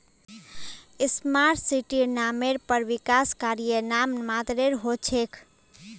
smart सिटीर नामेर पर विकास कार्य नाम मात्रेर हो छेक